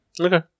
Okay